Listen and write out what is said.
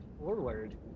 forward